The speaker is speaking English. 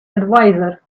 adviser